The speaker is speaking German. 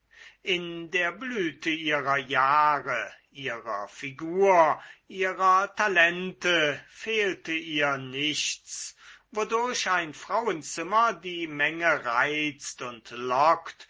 in der blüte ihrer jahre ihrer figur ihrer talente fehlte ihr nichts wodurch ein frauenzimmer die menge reizt und